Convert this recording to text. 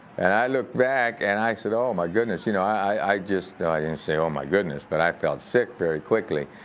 and i looked back, and i said, oh, my goodness. you know, i just. i didn't say oh, my goodness, but i felt sick very quickly.